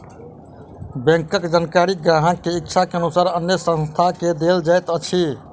बैंकक जानकारी ग्राहक के इच्छा अनुसार अन्य संस्थान के देल जाइत अछि